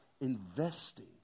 investing